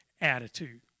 attitude